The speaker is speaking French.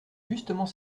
justement